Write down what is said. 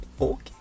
okay